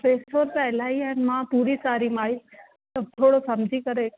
पैसो त इलाही आहिनि त मां पूरी सारी माई त थोरो समुझी करे